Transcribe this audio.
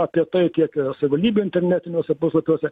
apie tai kiek savivaldybių internetiniuose puslapiuose